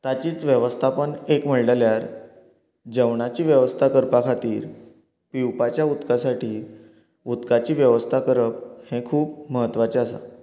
ताचीच वेवस्थापन एक म्हणल्यार जेवणाची वेवस्था करपा खातीर पिवपाच्या उदका साठी उदकाची वेवस्था करप हें खूब म्हत्वाचें आसता